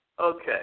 Okay